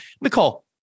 Nicole